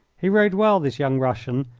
he rode well, this young russian,